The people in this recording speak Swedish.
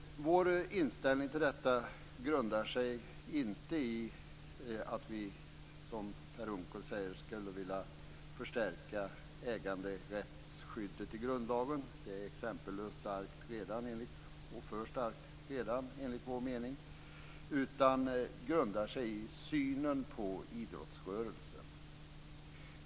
Vår inställning till detta grundar sig inte på att vi, som Per Unckel säger, skulle vilja förstärka äganderättsskyddet i grundlagen. Det är exempellöst starkt redan - enligt vår mening för starkt. I stället grundar sig vår inställning på synen på idrottsrörelsen.